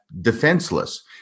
defenseless